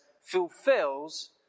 fulfills